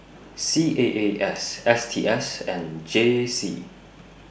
C A A S S T S and J C